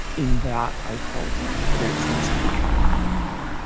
in that i felt a great sense of betrayal. yeah